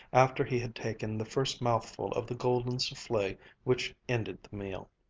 after he had taken the first mouthful of the golden souffle which ended the meal.